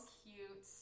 cute